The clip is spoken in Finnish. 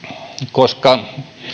koska